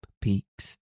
peaks